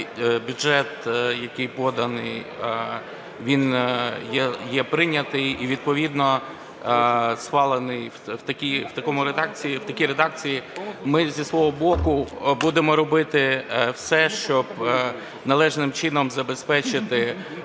бюджет, який поданий, він є прийнятий і відповідно схвалений в такій редакції. Ми зі свого боку будемо робити все, щоб належним чином забезпечити